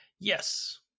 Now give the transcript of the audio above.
Yes